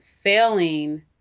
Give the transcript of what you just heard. failing